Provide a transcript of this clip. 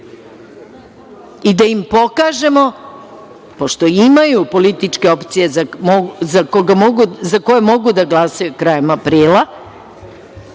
I da im pokažemo, pošto imaju političke opcije za koje mogu da glasaju krajem aprila,